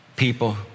people